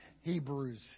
Hebrews